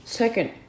second